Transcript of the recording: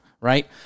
right